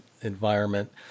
environment